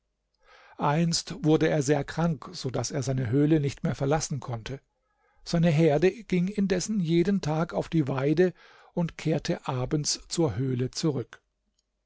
einst wurde er sehr krank so daß er seine höhle nicht mehr verlassen konnte seine herde ging indessen jeden tag auf die weide und kehrte abends zur höhle zurück